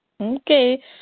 Okay